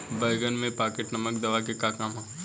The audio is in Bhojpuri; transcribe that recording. बैंगन में पॉकेट नामक दवा के का काम ह?